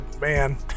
man